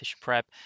prep